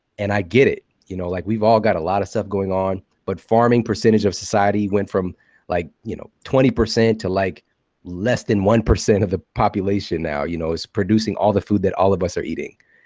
and i get it. you know like we've all got a lot of stuff going on, but farming percentage of society went from like you know twenty percent to like less than one percent of the population now you know is producing all the food that all of us are eating.